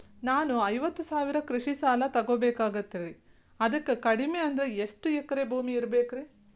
ನಾನು ಐವತ್ತು ಸಾವಿರ ಕೃಷಿ ಸಾಲಾ ತೊಗೋಬೇಕಾಗೈತ್ರಿ ಅದಕ್ ಕಡಿಮಿ ಅಂದ್ರ ಎಷ್ಟ ಎಕರೆ ಭೂಮಿ ಇರಬೇಕ್ರಿ?